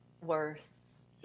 worse